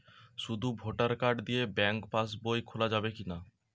শুধু voter card দিয়ে bank pass বই খোলা যাবে কিনা?